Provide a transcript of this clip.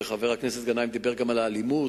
וחבר הכנסת גנאים דיבר גם על האלימות,